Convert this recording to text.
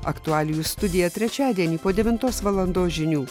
aktualijų studija trečiadienį po devintos valandos žinių